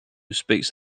speaks